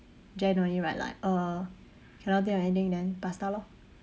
jen only write like uh cannot think of anything then pasta lor